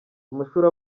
amashuri